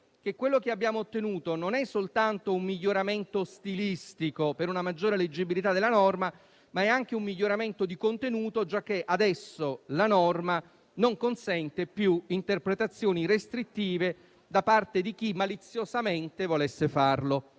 che quello che abbiamo ottenuto non è soltanto un miglioramento stilistico, per una maggiore leggibilità della norma, ma è anche un miglioramento di contenuto, giacché adesso la norma non consente più interpretazioni restrittive da parte di chi, maliziosamente, volesse farlo.